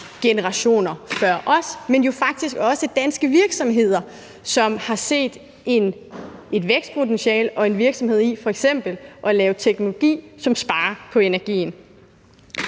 generationer før os, men også at danske virksomheder har set et vækstpotentiale og en virksomhed i f.eks. at lave teknologi, som sparer på energien.